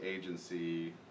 agency